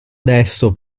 adesso